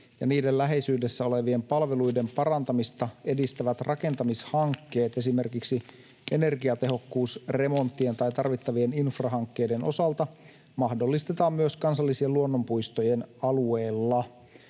ja niiden läheisyydessä olevien palveluiden parantamista edistävät rakentamishankkeet esimerkiksi energiatehokkuusremonttien tai tarvittavien infrahankkeiden osalta mahdollistetaan myös kansallis- ja luonnonpuistojen alueella.